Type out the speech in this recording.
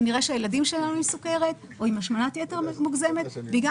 שנראה שהילדים שלנו עם סוכרת או עם השמנת-יתר מוגזמת בגלל